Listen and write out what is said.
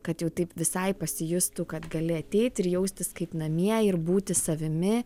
kad jau taip visai pasijustų kad gali ateiti ir jaustis kaip namie ir būti savimi